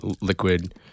liquid